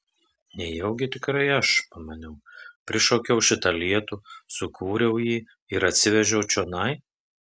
nejaugi tikrai aš pamaniau prišaukiau šitą lietų sukūriau jį ir atsivežiau čionai